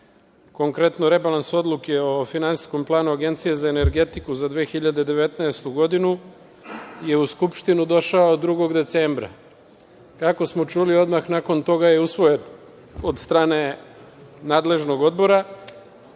konkretno rebalans Odluke o finansijskom planu Agencije za energetiku za 2019. godinu, je u Skupštinu došao 2. decembra. Kako smo čuli, odmah nakon toga je usvojen od strane nadležnog odbora.